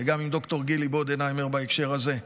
גם עם ד"ר גילי בודנהיימר בהקשר הזה,